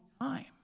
time